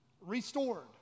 restored